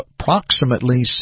approximately